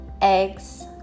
eggs